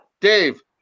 Dave